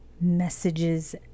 messages